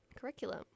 curriculum